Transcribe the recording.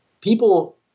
people